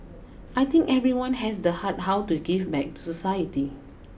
I think everyone has the heart how to give back to society